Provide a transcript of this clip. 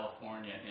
California